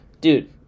Dude